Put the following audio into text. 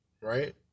right